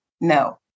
No